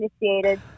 initiated